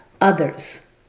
others